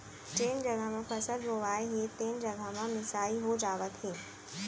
जेन जघा म फसल बोवाए हे तेने जघा म मिसाई हो जावत हे